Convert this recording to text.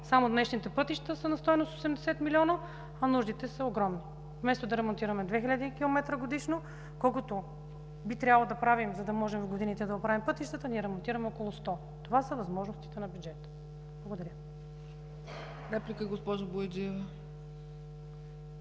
Само днешните пътища са стойност 80 милиона, а нуждите са огромни. Вместо да ремонтираме 2000 км годишно, колкото би трябвало да правим, за да можем в годините да оправим пътищата, ние ремонтираме около 100 км. Това са възможностите на бюджета. Благодаря.